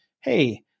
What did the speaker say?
hey